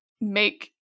make